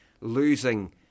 Losing